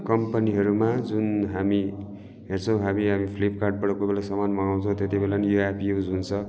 कम्पनीहरूमा जुन हामी हेर्छौँ हामी फिल्पकार्टबाट कोही बेला समान मगाउँछौँ त्येति बेला पनि यो एप्प युज हुन्छ